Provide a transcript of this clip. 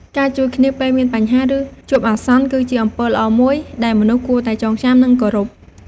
ការជួយគ្នា ពេលមានបញ្ហា ឬជួបអាសន្ន គឺជាអំពើល្អមួយ ដែលមនុស្សគួរតែចងចាំ និងគោរព។